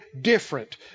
different